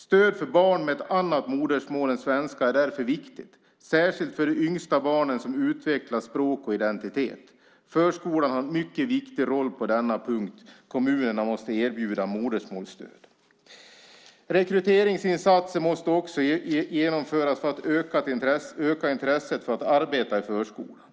Stöd för barn med ett annat modersmål än svenska är därför viktigt, särskilt för de yngsta barnen som utvecklar språk och identitet. Förskolan har en mycket viktig roll på denna punkt. Kommunerna måste erbjuda modersmålsstöd. Rekryteringsinsatser måste också genomföras för att öka intresset för att arbeta i förskolan.